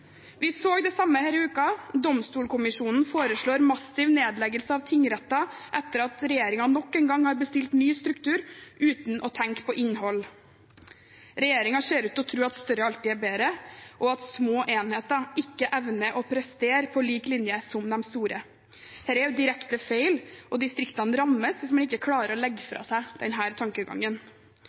Vi så det samme denne uken. Domstolkommisjonen foreslår massiv nedleggelse av tingretter etter at regjeringen nok en gang har bestilt ny struktur uten å tenke på innhold. Regjeringen ser ut til å tro at større alltid er bedre, og at små enheter ikke evner å prestere på lik linje som de store. Dette er direkte feil, og distriktene rammes hvis man ikke klarer å legge fra seg denne tankegangen.